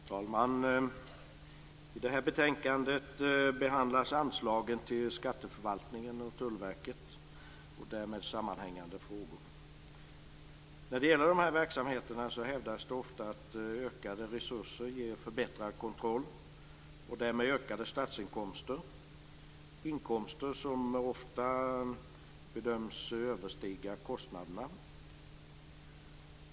Fru talman! I det här betänkandet behandlas anslagen till skatteförvaltningen och Tullverket och därmed sammanhängande frågor. När det gäller dessa myndigheters verksamheter hävdas det ofta att ökade resurser ger förbättrad kontroll och därmed ökade statsinkomster, inkomster som ofta bedöms överstiga kostnaderna.